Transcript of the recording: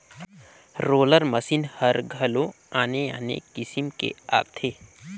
roller machine हर घलो आने आने किसम के आथे